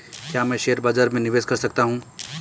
क्या मैं शेयर बाज़ार में निवेश कर सकता हूँ?